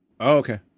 Okay